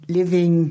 living